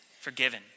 forgiven